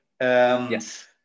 Yes